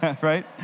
right